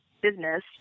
business